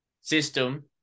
system